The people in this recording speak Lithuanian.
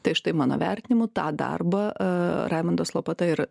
tai štai mano vertinimu tą darbą raimundas lopata ir